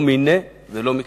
לא מיניה ולא מקצתיה.